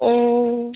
ம்ம்